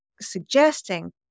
suggesting